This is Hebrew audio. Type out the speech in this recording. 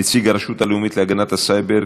(נציג הרשות הלאומית להגנת הסייבר,